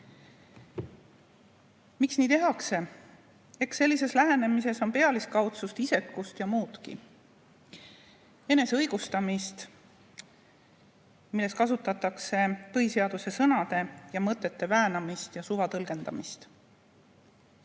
nii tehakse? Eks sellises lähenemises on pealiskaudsust, isekust ja muudki. Enese õigustamist, milles kasutatakse põhiseaduse sõnade ja mõtete väänamist ja suvatõlgendamist.